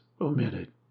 omitted